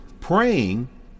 praying